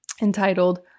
entitled